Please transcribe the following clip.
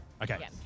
Okay